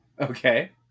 Okay